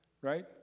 right